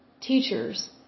teachers